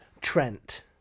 Trent